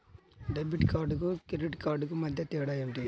Debit కార్డుకు credit కార్డుకు మధ్య తేడా ఏమిటీ?